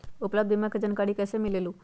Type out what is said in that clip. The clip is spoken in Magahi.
उपलब्ध बीमा के जानकारी कैसे मिलेलु?